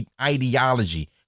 ideology